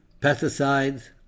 pesticides